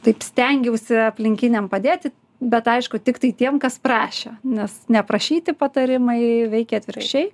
taip stengiausi aplinkiniam padėti bet aišku tiktai tiem kas prašė nes neprašyti patarimai veikia atvirkščiai